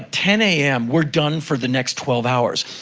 ten am, we're done for the next twelve hours.